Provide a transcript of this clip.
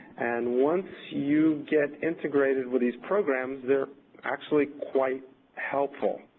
and once you get integrated with these programs, they're actually quite helpful.